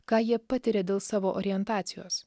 ką jie patiria dėl savo orientacijos